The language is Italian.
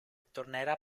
tornerà